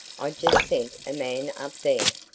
i just sent a man up there.